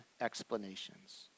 explanations